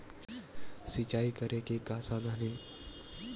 सिंचाई करे के का साधन हे?